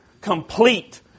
Complete